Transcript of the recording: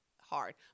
hard